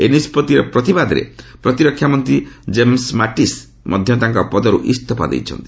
ଏହି ନିଷ୍ପଭିର ପ୍ରତିବାଦରେ ପ୍ରତିରକ୍ଷା ମନ୍ତ୍ରୀ ଜେମ୍ସ ମାଟ୍ଟିସ୍ ମଧ୍ୟ ତାଙ୍କ ପଦରୁ ଇସ୍ତଫା ଦେଇଛନ୍ତି